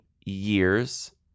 years